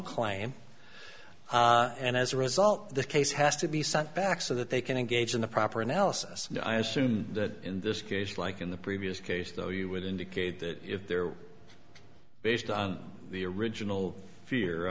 claim and as a result the case has to be sent back so that they can engage in the proper analysis i assume that in this case like in the previous case though you would indicate that if there based on the original fear